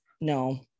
No